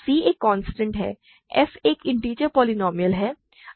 c एक constant है f एक इन्टिजर पोलीनोमिअल है